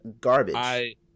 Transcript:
Garbage